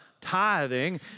tithing